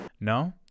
No